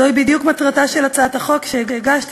זוהי בדיוק מטרתה של הצעת החוק שהגשתי,